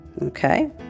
okay